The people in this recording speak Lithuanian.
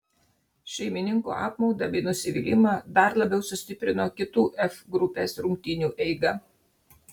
šeimininkų apmaudą bei nusivylimą dar labiau sustiprino kitų f grupės rungtynių eiga